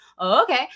okay